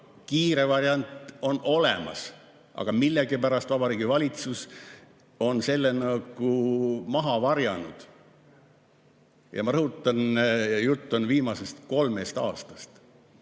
Kiire variant on olemas, aga millegipärast Vabariigi Valitsus on selle nagu maha vaikinud. Ja ma rõhutan, jutt on viimasest kolmest aastast. See